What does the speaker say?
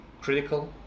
critical